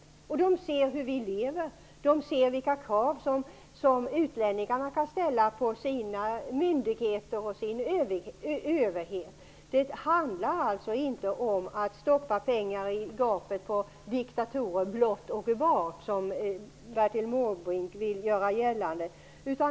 De ser hur vi lever. De ser vilka krav utlänningarna kan ställa på sina myndigheter och överhet. Det handlar alltså inte blott och bart om att stoppa pengar i gapet på diktaturen, som Bertil Måbrink vill göra gällande.